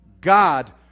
God